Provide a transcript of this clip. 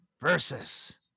versus